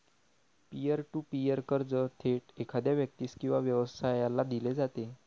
pier to peer कर्ज थेट एखाद्या व्यक्तीस किंवा व्यवसायाला दिले जाते